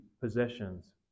possessions